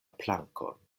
plankon